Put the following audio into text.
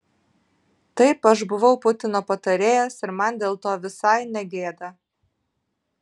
taip aš buvau putino patarėjas ir man dėl to visai ne gėda